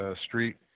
Street